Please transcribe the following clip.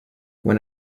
when